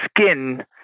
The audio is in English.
skin